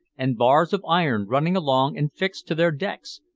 and bars of iron running along and fixed to their decks,